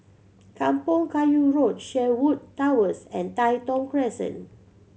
Kampong Kayu Road Sherwood Towers and Tai Thong Crescent